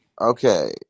Okay